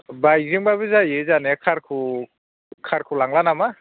बाइकजोंबाबो जायो जानाया कारखौ कारखौ लांला नामा